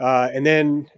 and then